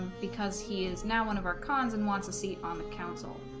because he is now one of our cons and wants a seat on the council